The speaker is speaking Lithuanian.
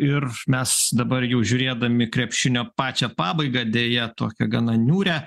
ir mes dabar jau žiūrėdami krepšinio pačią pabaigą deja tokią gana niūrią